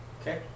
Okay